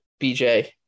BJ